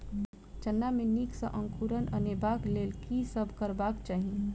चना मे नीक सँ अंकुर अनेबाक लेल की सब करबाक चाहि?